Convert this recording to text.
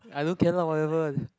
I don't care lor whatever